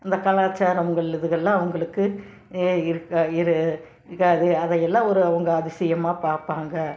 அந்த கலாச்சாரம்கள் இதுகெல்லாம் அவங்களுக்கு இரு இரு இருக்காது அதையெல்லாம் ஒரு அவங்க அதிசயமாக பார்ப்பாங்க